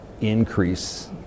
increase